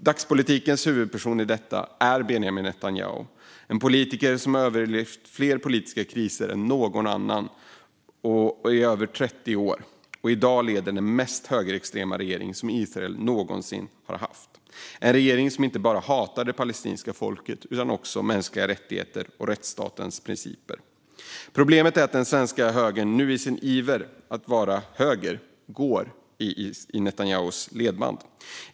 Dagspolitikens huvudperson i detta är Benjamin Netanyahu, en politiker som överlevt fler politiska kriser än någon annan i över 30 år och i dag leder den mest högerextrema regering som Israel någonsin haft - en regering som hatar inte bara det palestinska folket utan också mänskliga rättigheter och rättsstatens principer. Problemet är att den svenska högern i sin iver att vara höger nu går i Netanyahus ledband.